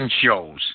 shows